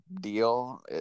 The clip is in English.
deal